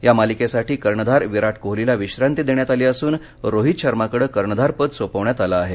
या मालिकेसाठी कर्णधार विराट कोहलीला विश्रांती देण्यात आली असून रोहित शर्माकडे कर्णधारपद सोपवण्यात आलं आहे